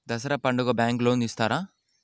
దసరా పండుగ bank loan ఇస్తారా?